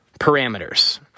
parameters